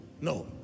No